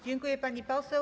Dziękuję, pani poseł.